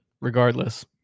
regardless